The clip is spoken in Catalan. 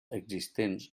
existents